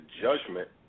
judgment